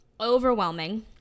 overwhelming